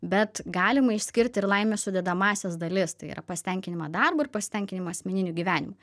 bet galima išskirti ir laimės sudedamąsias dalis tai yra pasitenkinimą darbu ir pasitenkinimą asmeniniu gyvenimu